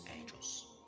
angels